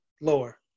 lower